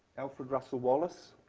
alfred russel wallace.